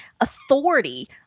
authority